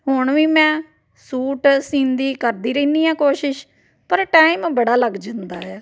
ਹੁਣ ਵੀ ਮੈਂ ਸੂਟ ਸੀਂਦੀ ਕਰਦੀ ਰਹਿੰਦੀ ਹਾਂ ਕੋਸ਼ਿਸ਼ ਪਰ ਟਾਈਮ ਬੜਾ ਲੱਗ ਜਾਂਦਾ ਹੈ